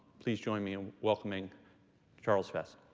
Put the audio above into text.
please join me in welcoming charles vest.